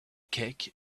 cake